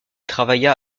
travailla